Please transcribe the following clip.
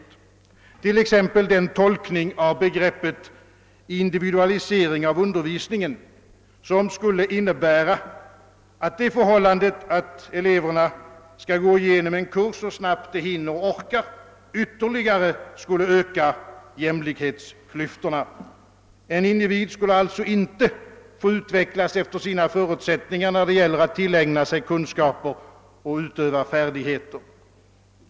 Det gäller t.ex. den tolkning av begreppet individualisering av undervisningen som skulle innebära att det förhållandet, att eleverna skall gå igenom en kurs så snabbt de hinner och orkar, ytterligare skulle öka jämlikhetsklyftorna. En individ skulle alltså inte få utvecklas efter sina förutsättningar när det gäller att tillägna sig kunskaper och utöva färdigheter.